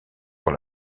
pour